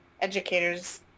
educators